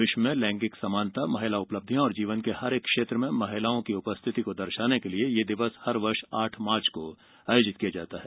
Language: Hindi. विश्व में लैंगिक समानता महिला उपलब्धियों और जीवन के प्रत्येक क्षेत्र में उनकी उपस्थिति को दर्शाने के लिए यह दिवस हर वर्ष आठ मार्च को आयोजित किया जाता है